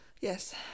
Yes